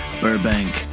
Burbank